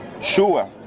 sure